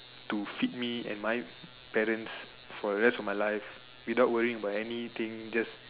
to feed me and my parents for the rest of my life without worrying about anything just